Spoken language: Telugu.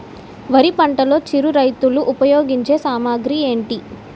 వరి పంటలో చిరు రైతులు ఉపయోగించే సామాగ్రి ఏంటి?